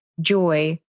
joy